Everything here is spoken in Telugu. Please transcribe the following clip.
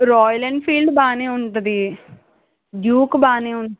రాయల్ ఎన్ఫీల్డ్ బాగానే ఉంటుంది డ్యూక్ బాగానే ఉం